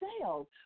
sales